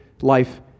life